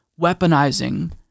weaponizing